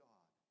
God